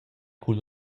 cul